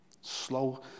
Slow